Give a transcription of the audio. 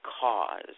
cause